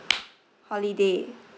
holiday